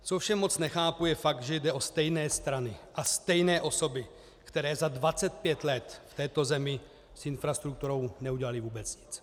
Co ovšem moc nechápu, je fakt, že jde o stejné strany a stejné osoby, které za 25 let v této zemi s infrastrukturou neudělaly vůbec nic.